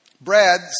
Brad